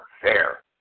fair